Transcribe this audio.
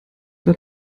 der